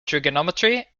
trigonometry